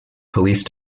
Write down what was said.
police